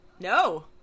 No